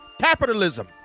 capitalism